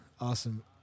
Awesome